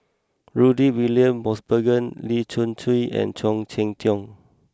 Rudy William Mosbergen Lee Choon Kee and Khoo Cheng Tiong